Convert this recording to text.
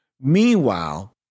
Meanwhile